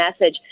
message